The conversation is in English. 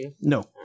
No